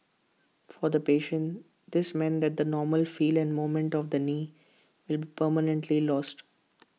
for the patient this means that the normal feel and movement of the knee will be permanently lost